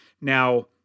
Now